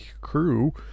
crew